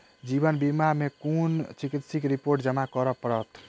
जीवन बीमा मे केँ कुन चिकित्सीय रिपोर्टस जमा करै पड़त?